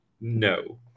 no